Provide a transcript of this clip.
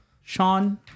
Sean